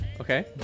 Okay